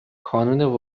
کانون